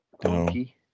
Donkey